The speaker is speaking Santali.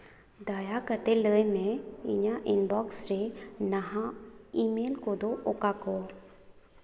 ᱫᱟᱭᱟ ᱠᱟᱛᱮ ᱞᱟᱹᱭ ᱢᱮ ᱤᱧᱟᱹᱜ ᱤᱱᱵᱚᱠᱥ ᱨᱮ ᱱᱟᱦᱟᱜ ᱤᱼᱢᱮᱞ ᱠᱚᱫᱚ ᱚᱠᱟ ᱠᱚ